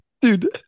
Dude